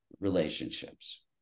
relationships